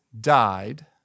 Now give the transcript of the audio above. died